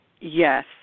Yes